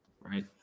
right